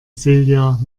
silja